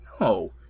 No